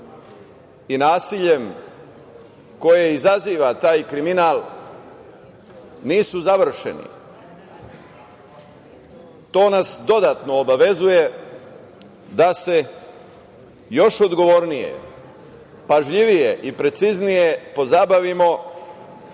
i nasiljem koje izaziva taj kriminal nisu završeni. To nas dodatno obavezuje da se još odgovornije, pažljivije i preciznije pozabavimo